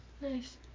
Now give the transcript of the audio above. nice